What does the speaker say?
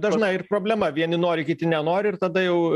dažnai ir problema vieni nori kiti nenori ir tada jau